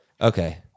Okay